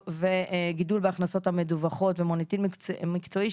וגידול בהכנסות המדווחות ומוניטין מקצועי,